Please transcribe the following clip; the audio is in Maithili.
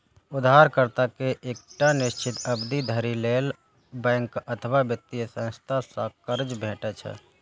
उधारकर्ता कें एकटा निश्चित अवधि धरि लेल बैंक अथवा वित्तीय संस्था सं कर्ज भेटै छै